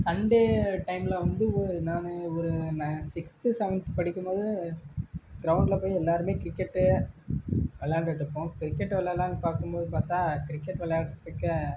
Sunday டைமில் வந்து நான் ஒரு நான் சிக்ஸ்த்து செவன்த்து படிக்கும்போது க்ரௌண்டில் போய் எல்லோருமே கிரிக்கெட்டு வெளையாண்டுக்கிட்டு இருப்போம் கிரிக்கெட்டு வெளையாடலான்னு பார்க்கும்போது பார்த்தா கிரிக்கெட் வெளையாட்றதுக்கு